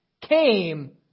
came